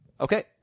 Okay